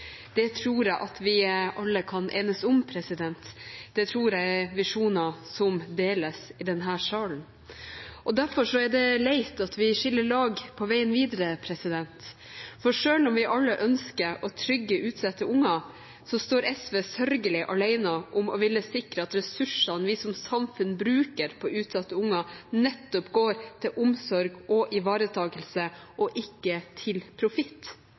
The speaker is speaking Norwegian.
Det tror jeg at vi alle kan enes om, det tror jeg er visjoner som deles i denne salen. Derfor er det leit at vi skiller lag på veien videre, for selv om vi alle ønsker å trygge utsatte unger, står SV sørgelig alene om å ville sikre at ressursene vi som samfunn bruker på utsatte unger, nettopp går til omsorg og ivaretakelse og ikke til profitt.